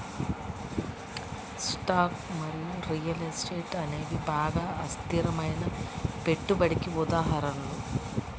stocks మరియు real estate అనేవి బాగా అస్థిరమైన పెట్టుబడికి ఉదాహరణలు